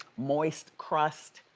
moist crust,